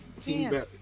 Team